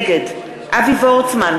נגד אבי וורצמן,